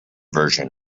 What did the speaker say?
version